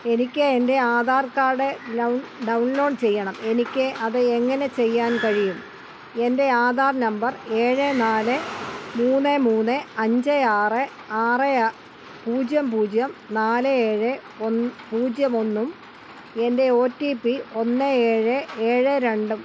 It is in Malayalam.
എനിക്ക് എന്റെ ആധാർ കാഡ് ഡൗൺലോഡ് ചെയ്യണം എനിക്ക് അത് എങ്ങനെ ചെയ്യാൻ കഴിയും എന്റെ ആധാർ നമ്പർ ഏഴ് നാല് മൂന്ന് മൂന്ന് അഞ്ച് ആറ് ആറ് പൂജ്യം പൂജ്യം നാല് ഏഴ് പൂജ്യം ഒന്നും എന്റെ ഓ റ്റീ പ്പി ഒന്ന് ഏഴ് ഏഴ് രണ്ടും ആണ്